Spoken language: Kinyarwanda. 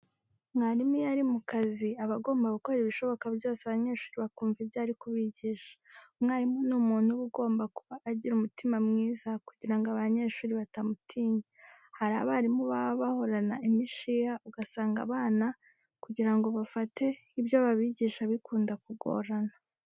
Mwarimu iyo ari mu kazi aba agomba gukora ibishoboka byose abanyeshuri bakumva ibyo ari kubigisha. Umwarimu ni umuntu uba ugomba kuba agira umutima mwiza kugira ngo abanyeshuri batamutinya. Hari abarimu baba bahorana imishiha ugasanga abana kugira ngo bafate ibyo babigisha bikunda kugorana.